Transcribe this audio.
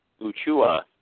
Uchua